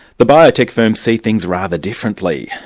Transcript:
the biotech firms see things rather differently.